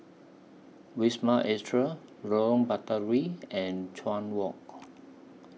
Wisma Atria Lorong Batawi and Chuan Walk